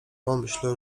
pomyśl